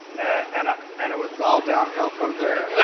and and it was all downhill from there.